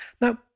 Now